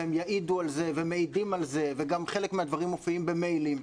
והם יעידו על זה והם מעידים על זה וגם חלק מהדברים מופיעים במיילים.